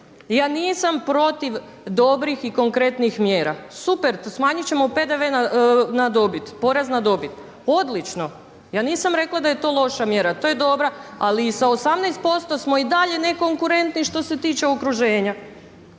Ja nisam protiv dobrih i konkretnih mjera, super smanjit ćemo PDV na dobit, porez na dobit, odlično, ja nisam rekla da je to loša mjera, to je dobra, ali i sa 18% smo i dalje nekonkurentni što se tiče okruženja